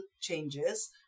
changes